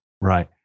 right